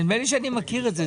נדמה לי שאני מכיר את זה,